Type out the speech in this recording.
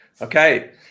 Okay